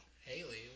Haley